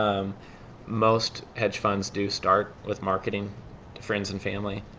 um most hedge funds do start with marketing to friends and family.